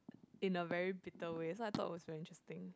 in a very bitter way so I thought it was very interesting